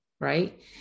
right